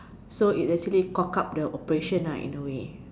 so it actually cock up the operation lah in a way